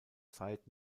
zeit